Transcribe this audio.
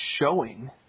showing